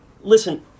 listen